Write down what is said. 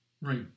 right